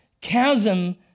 chasm